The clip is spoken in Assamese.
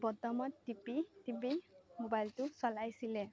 বুটামত টিপি টিপি মোবাইলটো চলাইছিলে